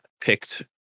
picked